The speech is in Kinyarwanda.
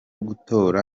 gutora